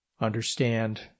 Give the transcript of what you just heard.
understand